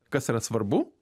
kas yra svarbu